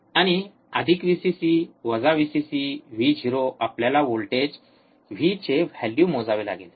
आणि अधिक व्हीसीसी वजा व्हीसीसी व्ही आपल्याला व्होल्टेज व्हीचे व्हॅल्यू मोजावे लागेल